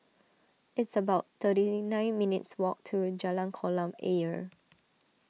it's about thirty nine minutes' walk to Jalan Kolam Ayer